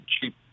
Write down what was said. cheap